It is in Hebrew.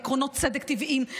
בעקרונות צדק טבעיים,